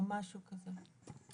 או משהו כזה.